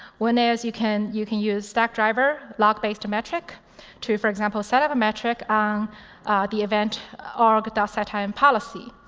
one is you can you can use stackdriver log-based metric to, for example, set up a metric on the event org dot set time policy.